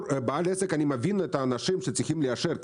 בעל עסק מבין את האנשים שצריכים לאשר,